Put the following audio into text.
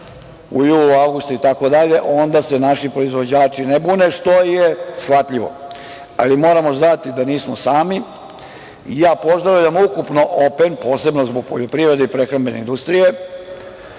u julu, u avgustu itd, onda se naši proizvođači ne bune, što je shvatljivo. Ali, moramo znati da nismo sami. Ja pozdravljam ukupno „open“, posebno zbog poljoprivrede i prehrambene industrije,